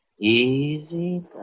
easy